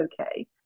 okay